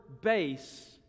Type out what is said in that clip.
base